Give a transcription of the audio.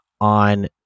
on